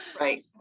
Right